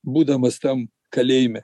būdamas tam kalėjime